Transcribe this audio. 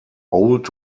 old